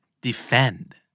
Defend